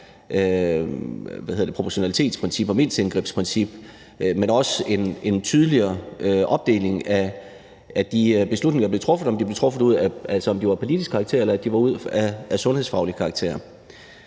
proportionalitetsprincippet og mindsteindgrebsprincippet, men også en tydeligere opdeling af de beslutninger, der blev truffet, altså om de var af politisk karakter eller af sundhedsfaglig karakter.